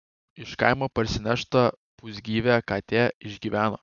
iš kaimo parsinešta pusgyvė katė išgyveno